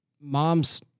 mom's